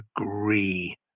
agree